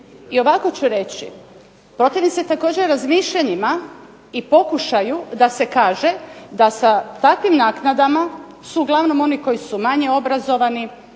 I ovako ću reći, protivim se također razmišljanjima i pokušaju da se kaže da sa takvim naknadama su uglavnom oni koji su manje obrazovani,